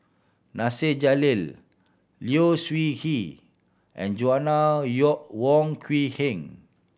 Nasir Jalil Low Siew Nghee and Joanna Wong Quee Heng